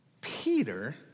Peter